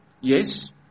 Yes